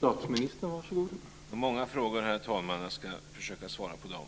Herr talman! Det var många frågor, och jag ska försöka besvara dem.